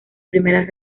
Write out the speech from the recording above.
primeras